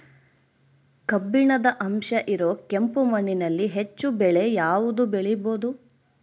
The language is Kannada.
ಕಬ್ಬಿಣದ ಅಂಶ ಇರೋ ಕೆಂಪು ಮಣ್ಣಿನಲ್ಲಿ ಹೆಚ್ಚು ಬೆಳೆ ಯಾವುದು ಬೆಳಿಬೋದು?